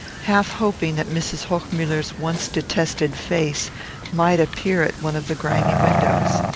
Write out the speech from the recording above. half hoping that mrs. hochmuller's once detested face might appear at one of the grimy windows.